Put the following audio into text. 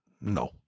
No